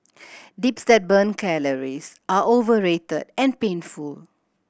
dips that burn calories are overrated and painful